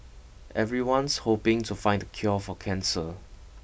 everyone's hoping to find the cure for cancer